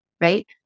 Right